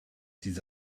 diese